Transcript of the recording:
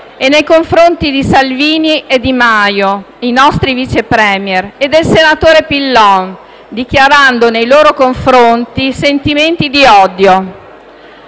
e nei confronti di Salvini e Di Maio, i nostri Vice *Premier*, e del senatore Pillon, dichiarando nei loro confronti sentimenti di odio.